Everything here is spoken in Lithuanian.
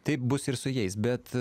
taip bus ir su jais bet